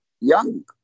young